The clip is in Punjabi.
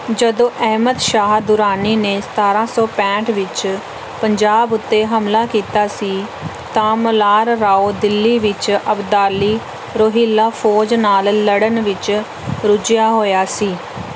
ਜਦੋਂ ਅਹਿਮਦ ਸ਼ਾਹ ਦੁਰਾਨੀ ਨੇ ਸਤਾਰਾਂ ਸੌ ਪੈਂਹਠ ਵਿੱਚ ਪੰਜਾਬ ਉੱਤੇ ਹਮਲਾ ਕੀਤਾ ਸੀ ਤਾਂ ਮਲ੍ਹਾਰ ਰਾਓ ਦਿੱਲੀ ਵਿੱਚ ਅਬਦਾਲੀ ਰੋਹਿਲਾ ਫੌਜ ਨਾਲ ਲੜਨ ਵਿੱਚ ਰੁੱਝਿਆ ਹੋਇਆ ਸੀ